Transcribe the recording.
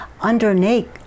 underneath